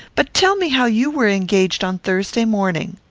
but tell me how you were engaged on thursday morning.